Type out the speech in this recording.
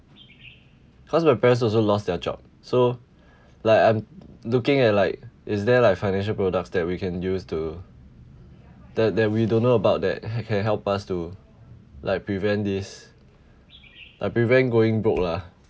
cause my parents also lost their job so like I'm looking at like is there like financial products that we can use to that that we don't know about that can help us to like prevent this like prevent going broke lah